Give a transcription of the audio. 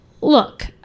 look